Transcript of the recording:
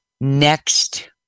Next